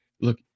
look